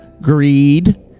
greed